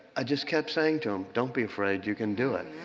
i just kept saying to him, don't be afraid. you can do it.